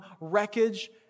wreckage